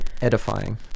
edifying